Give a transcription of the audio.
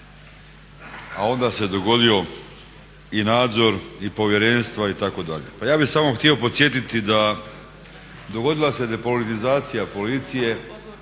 a onda se dogodio i nadzor i povjerenstva itd.. Pa ja bih samo htio podsjetiti da dogodila se depolitizacija policije